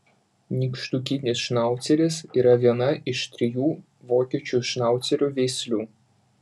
nykštukinis šnauceris yra viena iš trijų vokiečių šnaucerio veislių